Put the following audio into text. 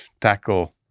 tackle